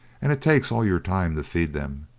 and it takes all your time to feed them.